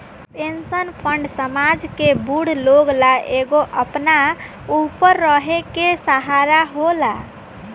pension fund समाज के बूढ़ लोग ला एगो अपना ऊपर रहे के सहारा होला